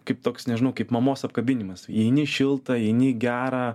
kaip toks nežinau kaip mamos apkabinimas įeini šilta įeini gera